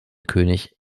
könig